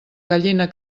gallina